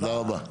זו הבעיה.